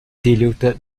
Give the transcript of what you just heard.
diluted